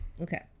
Okay